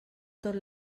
tot